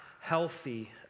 healthy